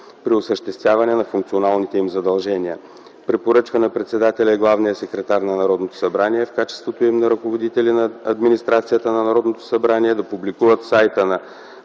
при осъществяване на функционалните им задължения. - Препоръчва на председателя и главния секретар на Народното събрание в качеството им на ръководители на администрацията на Народното събрание да публикуват в сайта на